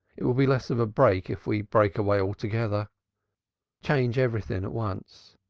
it will be less of a break if we break away altogether change everything at once.